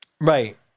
right